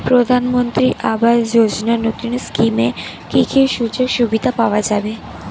প্রধানমন্ত্রী আবাস যোজনা নতুন স্কিমে কি কি সুযোগ সুবিধা পাওয়া যাবে?